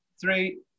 three